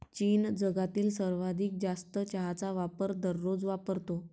चीन जगातील सर्वाधिक जास्त चहाचा वापर दररोज वापरतो